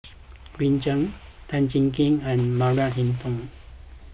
Green Zeng Tan Jiak Kim and Maria Hertogh